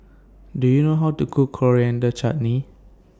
Do YOU know How to Cook Coriander Chutney